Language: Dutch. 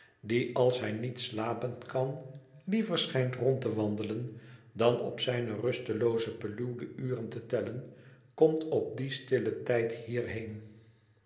die als hij niet slapen kan liever schijnt rond te wandelen dan op zijne rustelooze peluw de uren te tellen komt op dien stillen tijd hierheen